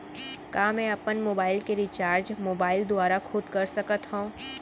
का मैं अपन मोबाइल के रिचार्ज मोबाइल दुवारा खुद कर सकत हव?